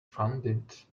funded